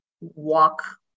walk